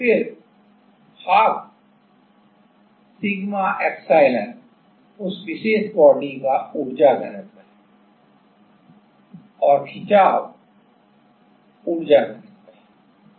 फिर 12 sigma epsilon उस विशेष बॉडी का ऊर्जा घनत्व है और खिंचाव ऊर्जा घनत्व है